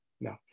no